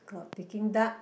got Peking duck